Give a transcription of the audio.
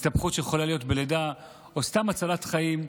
הסתבכות שיכולה להיות בלידה, או סתם הצלת חיים.